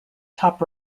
top